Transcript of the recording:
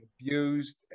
abused